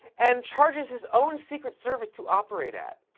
and charges his own secret service to operate at,